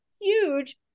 huge